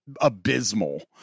abysmal